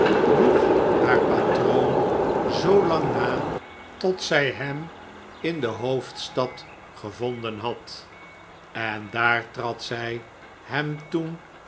joeg haar patroon zoolang na tot zij hem in de tioofdstad gevonden had en daar trad zij hem toen